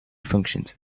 functions